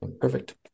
Perfect